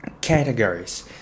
categories